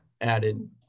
added